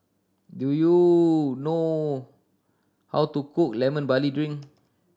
do you know how to cook Lemon Barley Drink